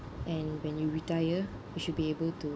and when you retire you should be able to